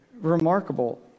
remarkable